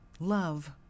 love